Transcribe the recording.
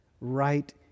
right